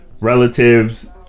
relatives